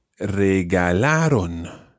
regalaron